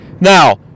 Now